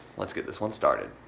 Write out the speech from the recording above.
let's get this one started.